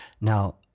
Now